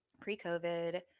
pre-COVID